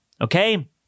okay